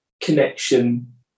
connection